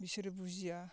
बिसोरो बुजिया